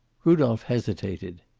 rudolph hesitated.